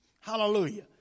Hallelujah